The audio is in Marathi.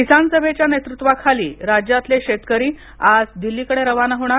किसान सभेच्या नेतृत्वाखाली राज्यातले शेतकरी आज दिल्लीकडे रवाना होणार